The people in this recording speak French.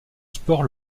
sport